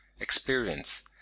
experience